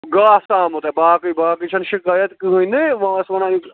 گاسہٕ آمُت اَتھ باقٕے باقٕے چھَنہٕ شِکایت کٕہٲنۍ نہٕ وۄنۍ ٲس وَنان یہِ